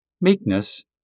meekness